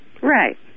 Right